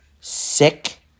sick